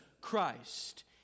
Christ